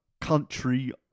country